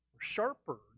sharper